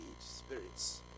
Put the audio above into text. spirits